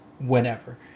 whenever